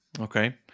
okay